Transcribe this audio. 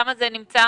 למה זה נמצא